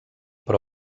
però